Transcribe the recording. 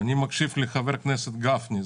אני מקשיב לחבר הכנסת גפני.